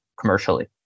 commercially